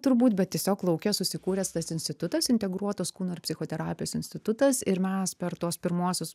turbūt bet tiesiog lauke susikūręs tas institutas integruotos kūno ir psichoterapijos institutas ir mes per tuos pirmuosius